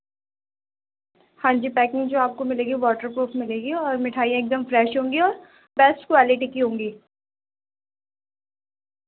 ہاں جی پیکنگ جو آپ کو ملے گی واٹر پروف ملے گی اور مٹھائیاں ایک دم فریش ہوں گی اور بیسٹ کوالٹی کی ہوں گی